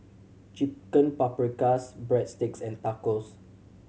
Chicken Paprikas Breadsticks and Tacos